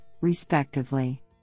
respectively